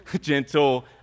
gentle